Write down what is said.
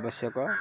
ଆବଶ୍ୟକ